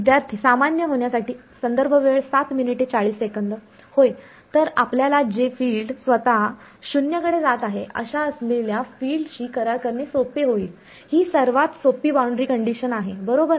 विद्यार्थी सामान्य होण्यासाठी होय तर आपल्याला जे फिल्ड स्वतः 0 कडे जात आहे अशा असलेल्या फिल्ड शी करार करणे सोपे होईल ही सर्वात सोपी बाउंड्री कंडिशन आहे बरोबर